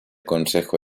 consejo